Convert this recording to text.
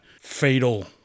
fatal